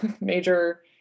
major